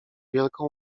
wielką